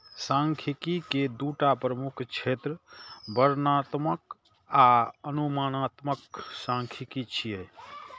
सांख्यिकी के दूटा प्रमुख क्षेत्र वर्णनात्मक आ अनुमानात्मक सांख्यिकी छियै